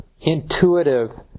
intuitive